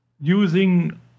using